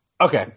Okay